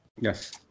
Yes